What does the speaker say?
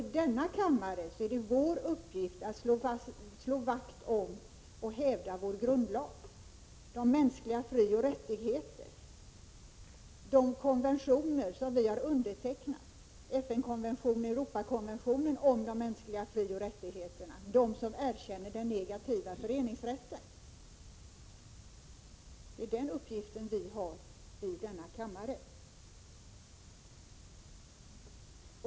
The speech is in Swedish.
I denna kammare är det vår uppgift att slå vakt om och hävda vår grundlag, de mänskliga frioch rättigheterna, de konventioner som vi har undertecknat — FN-konventionen och Europakonventionen om de mänskliga frioch rättigheterna, de som erkänner den negativa föreningsrätten. Det är den uppgiften vi har.